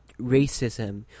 racism